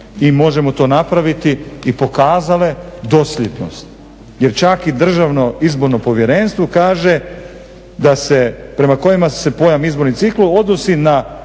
i možemo to napraviti i pokazale dosljednost. Jer čak i DIP kaže prema kojima se pojam izborni ciklus odnosi na